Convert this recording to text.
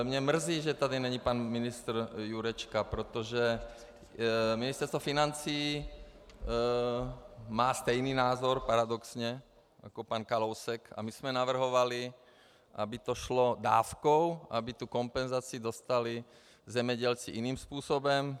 Mě mrzí, že tady není pan ministr Jurečka, protože Ministerstvo financí má stejný názor paradoxně jako pan Kalousek a my jsme navrhovali, aby to šlo dávkou, aby tu kompenzaci dostali zemědělci jiným způsobem.